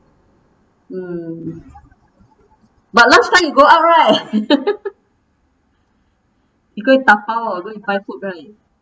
mm but lunch time you go out right you go and 打包 or go and buy food right